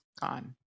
gone